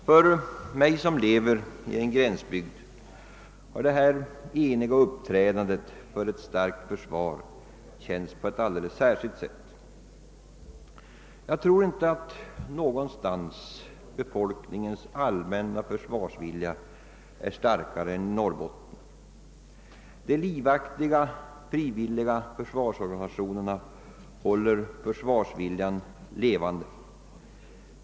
För mig som lever i en gränsbygd har detta eniga uppträdande för ett starkt försvar känts på ett alldeles särskilt sätt. Jag tror inte att befolkningens allmänna försvarsvilja är starkare någonstans än i Norrbotten. De livsviktiga frivilliga försvarsorganisationerna håller försvarsviljan levande.